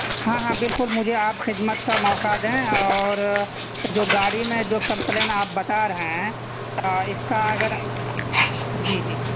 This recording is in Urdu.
ہاں ہاں بالکل مجھے آپ خدمت کا موقع دیں اور جو گاڑی میں جو کمپلین آپ بتا رہے ہیں تو اس کا اگر جی جی